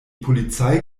polizei